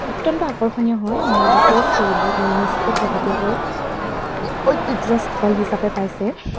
অত্যন্ত আকৰ্ষণীয় হয় মই কৈছোঁ এইবোৰ ইউনেস্ক'ত শেহতীয়াকৈ ঐতিহ্য স্থল হিচাপে পাইছে